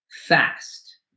fast